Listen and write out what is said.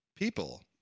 people